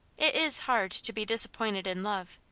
is hard to be disappointed in love,